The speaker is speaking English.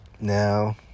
Now